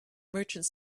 merchant